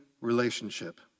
relationship